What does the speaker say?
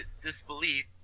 disbelief